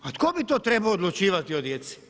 A tko bi to trebao odlučivati o djeci?